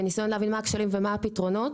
בניסיון להבין מה הכשלים ומה הפתרונות.